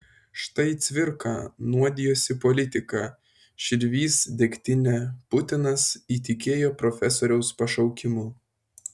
štai cvirka nuodijosi politika širvys degtine putinas įtikėjo profesoriaus pašaukimu